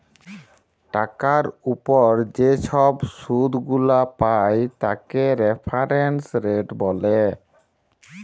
টাকার উপর যে ছব শুধ গুলা পায় তাকে রেফারেন্স রেট ব্যলে